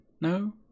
No